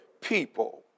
people